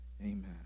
Amen